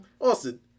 Awesome